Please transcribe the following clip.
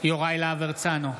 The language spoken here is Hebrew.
יוראי להב הרצנו,